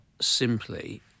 simply